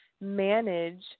manage